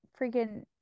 freaking